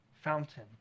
fountain